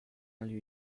lui